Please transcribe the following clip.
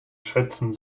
schätzten